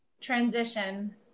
Transition